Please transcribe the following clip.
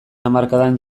hamarkadan